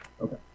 okay